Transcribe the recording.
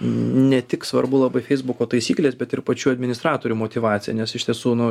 ne tik svarbu labai feisbuko taisyklės bet ir pačių administratorių motyvacija nes iš tiesų nu